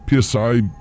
PSI